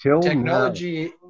technology